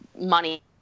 money